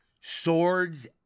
swords